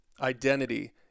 identity